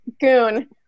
Goon